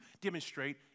demonstrate